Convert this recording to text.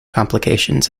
complications